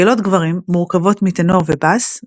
מקהלות גברים מורכבות מטנור ובס,